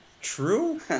true